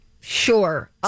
Sure